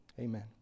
Amen